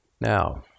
Now